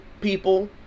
people